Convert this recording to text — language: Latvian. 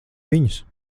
viņus